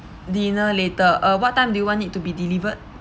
dinner later uh what time do you want it to be delivered